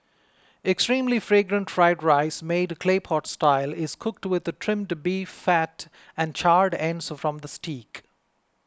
extremely Fragrant Fried Rice made Clay Pot Style is cooked with Trimmed Beef Fat and charred ends from the Steak